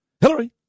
Hillary